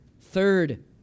third